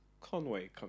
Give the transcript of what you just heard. Conway